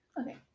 Okay